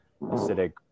acidic